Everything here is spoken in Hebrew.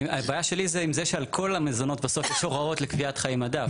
הבעיה שלי זה עם זה שעל כל המזונות בסוף יש הוראות לקביעת חיי מדף.